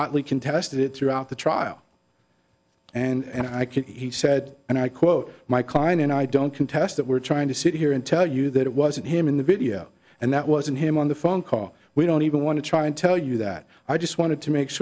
hotly contested throughout the trial and i can he said and i quote my client and i don't contest that we're trying to sit here and tell you that it wasn't him in the video and that wasn't him on the phone call we don't even want to try and tell you that i just wanted to make